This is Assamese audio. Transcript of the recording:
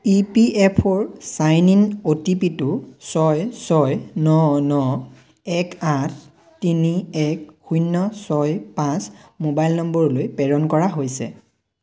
ই পি এফ অ'ৰ sign in O T P টো ছয় ছয় ন ন এক আঠ তিনি এক শূন্য ছয় পাঁচ মোবাইল নম্বৰলৈ প্ৰেৰণ কৰা হৈছে